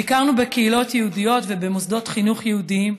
ביקרנו בקהילות יהודיות ובמוסדות חינוך יהודיים,